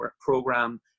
program